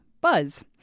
buzz